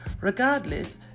regardless